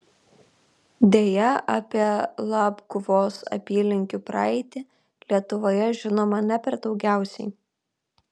deja apie labguvos apylinkių praeitį lietuvoje žinoma ne per daugiausiai